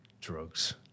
drugs